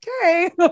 okay